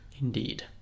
Indeed